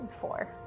Four